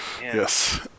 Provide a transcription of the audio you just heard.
Yes